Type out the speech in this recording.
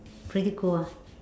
pretty cool ah